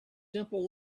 simple